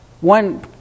One